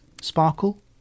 sparkle